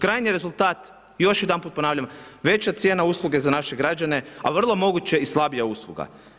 Krajnji rezultat, još jedanput ponavljam, veća cijena usluge za naše građane, ali vrlo moguće i slabija usluga.